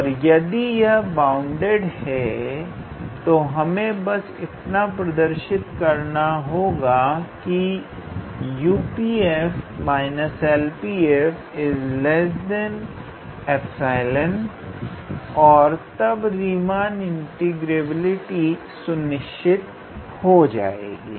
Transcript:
और यदि यह बाउंडेड है तो हमें बस इतना प्रदर्शित करना होगा कि 𝑈𝑃 𝑓 − 𝐿𝑃 𝑓 𝜖 और तब रीमान इंटीग्रेबिलिटी सुनिश्चित हो जाएगी